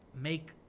make